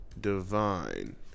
Divine